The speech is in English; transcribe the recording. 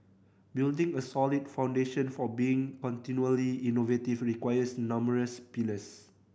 building a solid foundation for being continually innovative requires numerous pillars